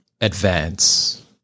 advance